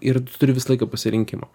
ir tu turi visą laiką pasirinkimą